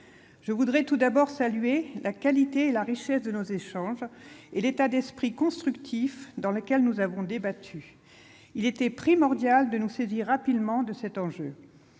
Je veux tout d'abord saluer la qualité et la richesse de nos échanges, et l'état d'esprit constructif dans lequel nous avons débattu ; il était primordial de nous saisir rapidement de cet enjeu.